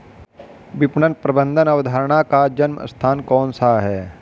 विपणन प्रबंध अवधारणा का जन्म स्थान कौन सा है?